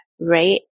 right